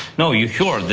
no yeah sure,